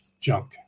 junk